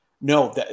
No